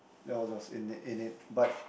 there was was in in it but